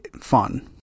fun